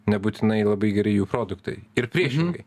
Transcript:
nebūtinai labai geri jų produktai ir priešingai